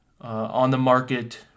on-the-market